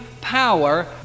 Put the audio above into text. power